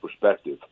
perspective